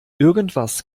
irgendwas